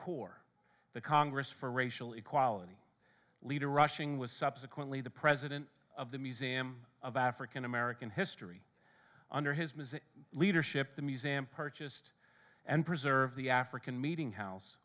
core the congress for racial equality leader rushing was subsequently the president of the museum of african american history under his music leadership the museum purchased and preserve the african meetinghouse